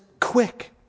quick